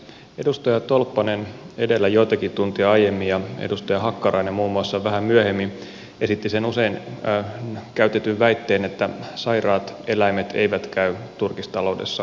edustaja tolppanen edellä joitakin tunteja aiemmin ja edustaja hakkarainen muun muassa vähän myöhemmin esittivät sen usein käytetyn väitteen että sairaat eläimet eivät käy turkistaloudessa kaupaksi